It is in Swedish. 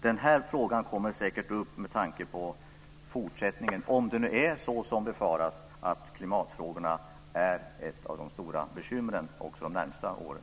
Den här frågan kommer säkert upp med tanke på fortsättningen, om det nu är så som befaras, att klimatfrågorna är ett av de stora bekymren också de närmaste åren.